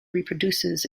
reproduces